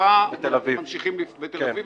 חיפה ותל אביב,